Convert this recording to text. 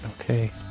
okay